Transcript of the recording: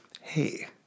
Hey